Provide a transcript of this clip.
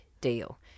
deal